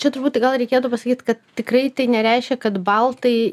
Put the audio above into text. čia truputį gal reikėtų pasakyt kad tikrai tai nereiškia kad baltai